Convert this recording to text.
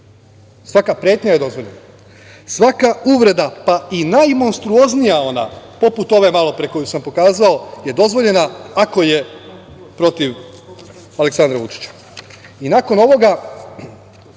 svaka pretnja je dozvoljena, svaka uvreda, pa i ona najmonstruoznija, poput ove malopre koju sam pokazao, je dozvoljena ako je protiv Aleksandra Vučića. Nakon